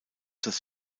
das